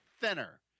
thinner